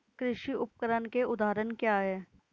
कृषि उपकरण के उदाहरण क्या हैं?